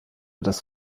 das